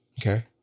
Okay